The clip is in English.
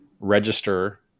register